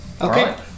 Okay